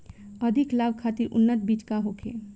अधिक लाभ खातिर उन्नत बीज का होखे?